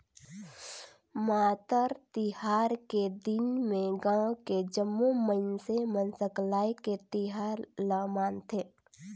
मातर तिहार के दिन में गाँव के जम्मो मइनसे मन सकलाये के तिहार ल मनाथे